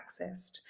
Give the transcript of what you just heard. accessed